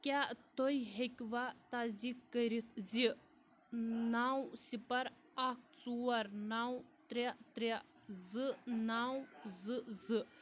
کیٛاہ تُہۍ ہٮ۪کِوا تصدیٖک کٔرِتھ زِ نَو صِفَر اَکھ ژور نَو ترٛےٚ ترٛےٚ زٕ نَو زٕ زٕ